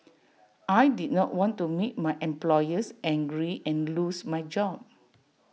I did not want to make my employers angry and lose my job